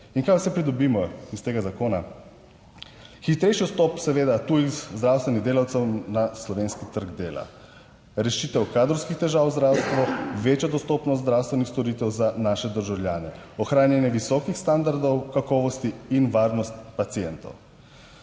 In kaj vse pridobimo iz tega zakona? Hitrejši vstop seveda tujih zdravstvenih delavcev na slovenski trg dela, rešitev kadrovskih težav v zdravstvu, večja dostopnost zdravstvenih storitev za naše državljane, ohranjanje visokih standardov kakovosti in varnosti pacientov.